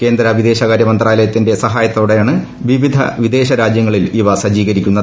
കേന്ദ്ര വിദേശകാര്യ മന്ത്രാലയത്തിന്റെ സഹായത്തോടെയാണ് വിവിധ വിദേശ രാജ്യങ്ങളിൽ ഇവ സജ്ജീകരിക്കുന്നത്